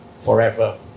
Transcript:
forever